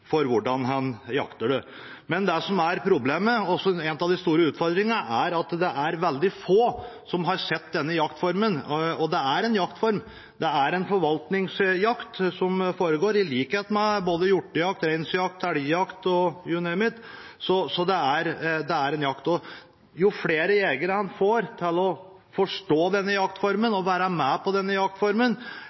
for hvordan en jakter den. Det som er problemet og en av de store utfordringene, er at det er veldig få som har sett denne jaktformen. Det er en forvaltningsjakt som foregår – i likhet med både hjortejakt, reinsdyrjakt, elgjakt og «you name it». Så det er jakt. Jo flere jegere en får til å forstå denne jaktformen og til å være med på